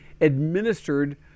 administered